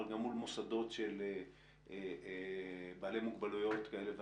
אבל גם מול מוסדות של בעלי מוגבלויות כאלה ואחרים.